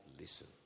listen